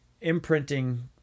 imprinting